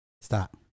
Stop